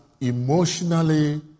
emotionally